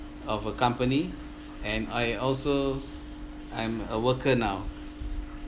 of a company and I also I'm a worker now